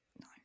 No